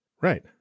Right